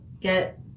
get